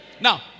Now